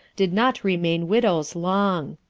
did not remain widows long.